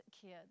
kids